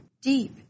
deep